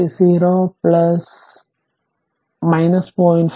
അതിനാൽ ic 0 is 0